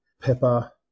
pepper